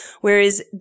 whereas